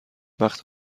وقت